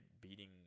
beating